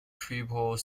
triple